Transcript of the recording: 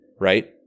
right